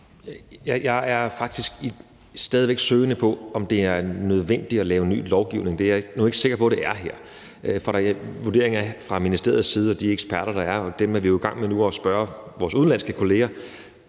Jeg er faktisk stadig væk søgende, i forhold til om det er nødvendigt at lave ny lovgivning. Det er jeg nu ikke sikker på at det er her. For vurderingen fra ministeriets side og de eksperter, der er – og der er vi i gang med at spørge vores udenlandske kolleger,